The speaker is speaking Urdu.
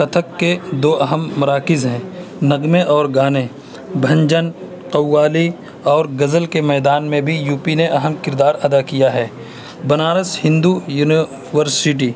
کتھک کے دو اہم مراکز ہیں نغمے اور گانے بھجن قوالی اور غزل کے میدان میں بھی یو پی نے اہم کردار ادا کیا ہے بنارس ہندو یونیورسٹی